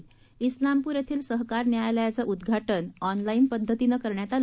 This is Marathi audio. कुलामपूर येथील सहकार न्यायालयाचं उद्घाटन ऑनलात्त पद्धतीने करण्यात आलं